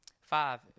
Five